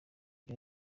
byo